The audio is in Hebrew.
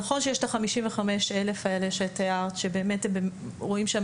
נכון שיש את ה-55 אלף שתיארת ורואים שם